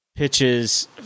pitches